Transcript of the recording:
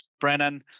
Brennan